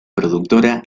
productora